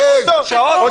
הוא סרח.